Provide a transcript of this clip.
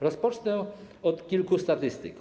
Rozpocznę od kilku statystyk.